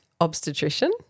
obstetrician